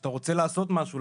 כשאתה רוצה לעשות משהו,